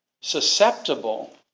susceptible